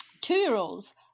Two-year-olds